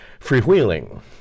freewheeling